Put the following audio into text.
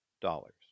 dollars